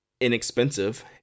inexpensive